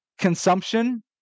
consumption